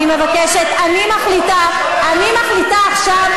אני מבקשת, אני מחליטה עכשיו.